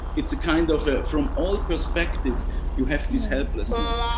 it's a kind of, from all perspectives you have this helplessness.